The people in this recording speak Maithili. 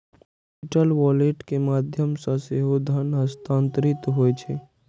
डिजिटल वॉलेट के माध्यम सं सेहो धन हस्तांतरित होइ छै